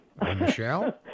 Michelle